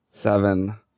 Seven